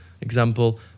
example